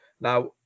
now